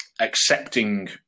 accepting